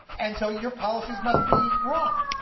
and so your policies must be wrong.